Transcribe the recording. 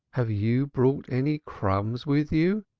have you brought any crumbs with you?